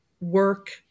work